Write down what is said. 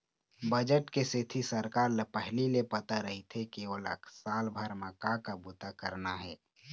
budget के सेती सरकार ल पहिली ले पता रहिथे के ओला साल भर म का का बूता करना हे